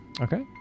Okay